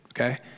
Okay